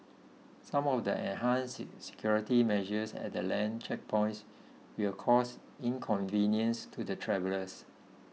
some of the enhanced security measures at the land checkpoints will cause inconvenience to the travellers